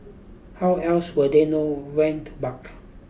how else would they know when to bark